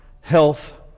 health